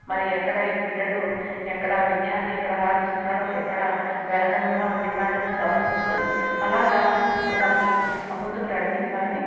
మరి ఎక్కడ ఈ బిడ్డడు ఎక్కడ విద్యార్థి ఎక్కడ రాణిస్తున్నాడో ఎక్కడ వెనకగా ఉంటున్నాడో గమనించుకొని అలాగా వారిని ముందుకు నడిపించాలని